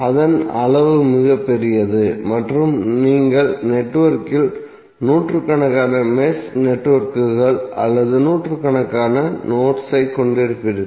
அதன் அளவு மிகப் பெரியது மற்றும் நீங்கள் நெட்வொர்க்கில் நூற்றுக்கணக்கான மெஷ் நெட்வொர்க்குகள் அல்லது நூற்றுக்கணக்கான நோட்ஸ் ஐ கொண்டிருப்பீர்கள்